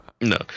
No